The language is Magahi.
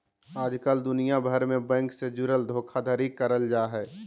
आजकल दुनिया भर मे बैंक से जुड़ल धोखाधड़ी करल जा हय